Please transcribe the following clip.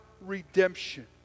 redemption